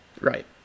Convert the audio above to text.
right